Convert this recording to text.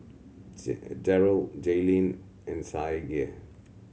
Darryll Jayleen and Saige